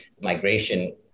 migration